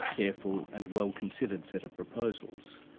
careful, and well considered sets of proposals.